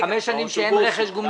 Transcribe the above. חמש שנים שאין רכש גומלין?